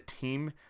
team